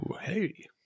hey